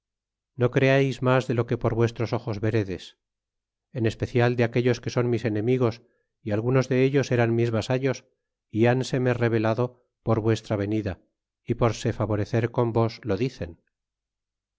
no creais mas de lo que por vuestros ojos veredes en especial de apeaos que son mis enemigos y algunos de ellos erais mis vasallos y han se me rebelado con vuestra venida y por se favorecer con vos lo dicen